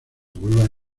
vuelva